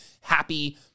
happy